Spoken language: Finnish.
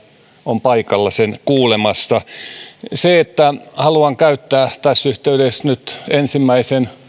on paikalla kuulemassa se että haluan käyttää tässä yhteydessä nyt ensimmäisen